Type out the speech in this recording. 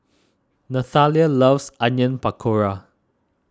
Nathalia loves Onion Pakora